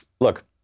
look